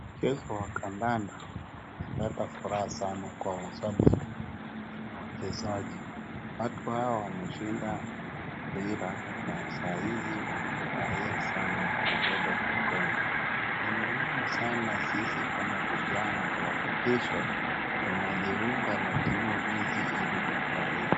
Mchezo wa kandanda unaleta furaha sana kwa washabiki na wachezaji, watu hawa wameshinda mpira na sahizi wanafurahia sana kubeba kikombe. Ni muhimu sana sisi kama vijana tuhakikishe, tunajiunga na timu hizi ili tufurahie.